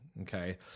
Okay